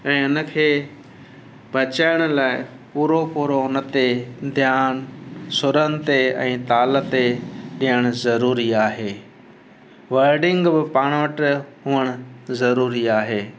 ऐं हिनखे बचाइण लाइ पूरो पूरो हुन ते ध्यानु सुरनि ते ऐं ताल ते ॾियणु ज़रूरी आहे वर्डिंग बि पाणि वठि हुअणु ज़रूरी आहे